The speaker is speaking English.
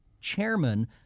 chairman